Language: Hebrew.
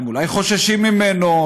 הם אולי חוששים ממנו,